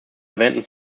erwähnten